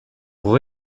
pour